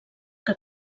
que